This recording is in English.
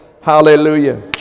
Hallelujah